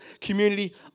community